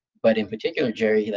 but, in particular, jerry,